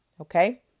okay